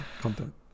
content